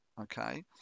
okay